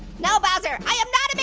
no, bowser, i ah but but